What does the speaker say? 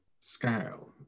scale